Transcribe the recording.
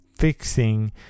fixing